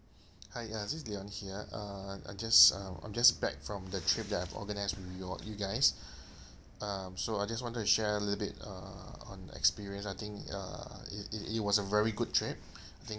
hi uh this is leon here uh I just um I'm just back from the trip that I've organised with you all you guys um so I just wanted to share a little bit uh on the experience I think uh it it it was a very good trip I think